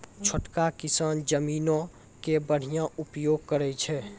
छोटका किसान जमीनो के बढ़िया उपयोग करै छै